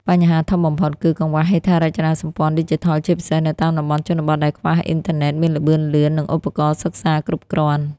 បញ្ហាធំបំផុតគឺ កង្វះហេដ្ឋារចនាសម្ព័ន្ធឌីជីថល ជាពិសេសនៅតាមតំបន់ជនបទដែលខ្វះអ៊ីនធឺណិតមានល្បឿនលឿន និងឧបករណ៍សិក្សាគ្រប់គ្រាន់។